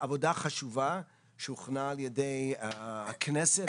עבודה חשובה שהוכנה על ידי הכנסת,